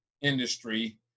industry